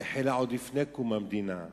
שהחלה עוד לפני קום המדינה,